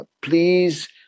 please